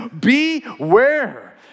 Beware